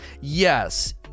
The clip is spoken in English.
yes